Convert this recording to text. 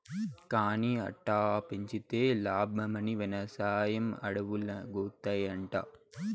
కానీ అట్టా పెంచితే లాబ్మని, వెవసాయం అడవుల్లాగౌతాయంట